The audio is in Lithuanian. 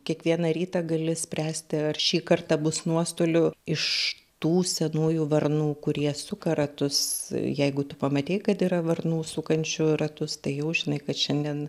kiekvieną rytą gali spręsti ar šį kartą bus nuostolių iš tų senųjų varnų kurie suka ratus jeigu tu pamatei kad yra varnų sukančių ratus tai jau žinai kad šiandien